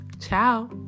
ciao